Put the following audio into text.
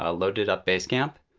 ah loaded up basecamp,